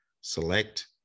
select